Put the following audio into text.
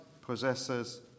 possesses